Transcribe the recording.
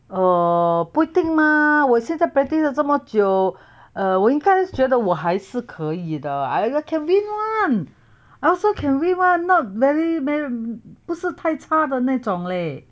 呃不一定 mah 我现在 practice 了这么久 err 我应该觉得我还是可以的 I~ can win [one] I also can win [one] not very m~ 不是太差的那种 leh